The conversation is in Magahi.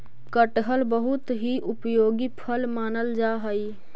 कटहल बहुत ही उपयोगी फल मानल जा हई